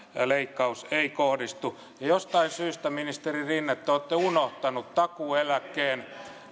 leikkaus ei kohdistu ja jostain syystä edustaja rinne te olette unohtanut takuueläkkeen